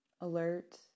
Alert